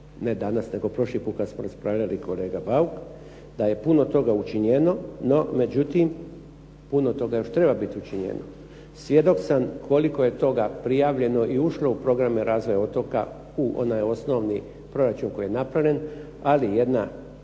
ne danas, nego prošli put kad smo raspravljali kolega Bauk da je puno toga učinjeno. No međutim, puno toga još treba biti učinjeno. Svjedok sam koliko je toga prijavljeno i ušlo u programe razvoja otoka u onaj osnovni proračun koji je napravljen. Ali jedna